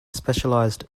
specialized